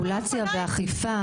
רגולציה ואכיפה,